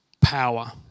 power